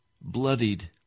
bloodied